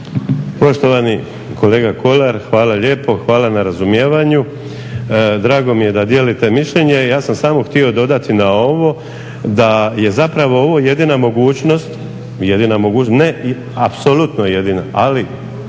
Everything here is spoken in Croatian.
Poštovani kolega Kolar hvala lijepo, hvala na razumijevanju, drago mi je da dijelite mišljenje. Ja sam samo htio dodati na ovo da je zapravo ovo jedina mogućnost, ne i apsolutno jedina, ali mogu